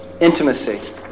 Intimacy